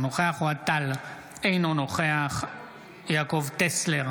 אינה נוכחת אלי דלל, אינו נוכח שלום דנינו,